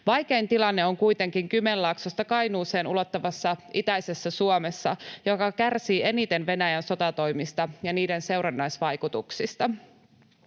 Vaikein tilanne on kuitenkin Kymenlaaksosta Kainuuseen ulottuvassa itäisessä Suomessa, joka kärsii eniten Venäjän sotatoimista ja niiden seurannaisvaikutuksista.